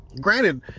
Granted